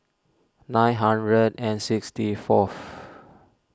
nine hundred and sixty fourth